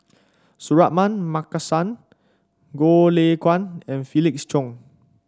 Suratman Markasan Goh Lay Kuan and Felix Cheong